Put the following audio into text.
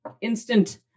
instant